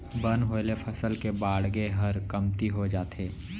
बन होय ले फसल के बाड़गे हर कमती हो जाथे